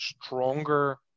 stronger